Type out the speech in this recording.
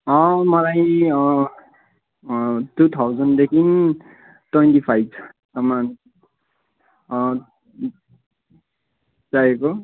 मलाई टु थाउजन्डदेखि टुवेन्टी फाइभसम्म चाहिएको